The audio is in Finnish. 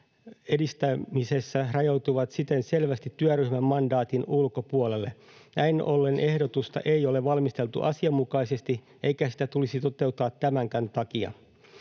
edistämisessä rajautuvat siten selvästi työryhmän mandaatin ulkopuolelle. Näin ollen ehdotusta ei ole valmisteltu asianmukaisesti, eikä sitä tulisi toteuttaa tämänkään takia.